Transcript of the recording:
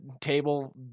table